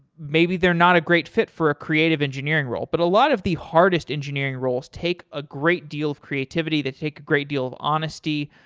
maybe they're not a great fit for a creative engineering role. but a lot of the hardest engineering roles take a great deal of creativity, they take great deal honesty,